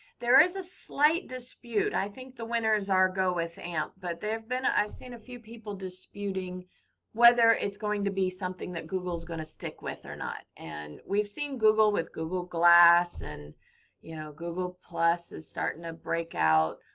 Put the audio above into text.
there is a slight dispute. i think the winners are go with amp but there've been. i've seen a few people disputing whether it's going to be something that google's going to stick with or not. and we've seen google with google glass and you know google plus is starting to breakout.